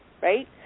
right